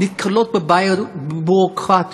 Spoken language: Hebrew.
הן נתקלות בבעיות ביורוקרטיות